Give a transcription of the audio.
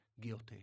guilty